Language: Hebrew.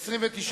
לא נתקבלה.